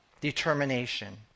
Determination